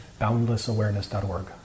boundlessawareness.org